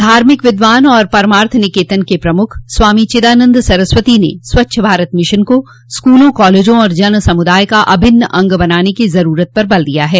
धार्मिक विद्वान और परमार्थ निकेतन के प्रमुख स्वामी चिदानन्द सरस्वती ने स्वच्छ भारत मिशन को स्कूलों कॉलेजों और जनसमुदाय का अभिन्न अंग बनाने की जरूरत पर बल दिया है